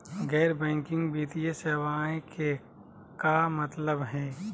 गैर बैंकिंग वित्तीय सेवाएं के का मतलब होई हे?